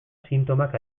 sintomak